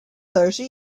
thirty